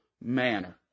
manner